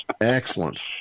Excellent